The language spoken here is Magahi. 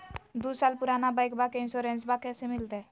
दू साल पुराना बाइकबा के इंसोरेंसबा कैसे मिलते?